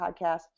podcast